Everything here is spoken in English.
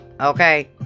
Okay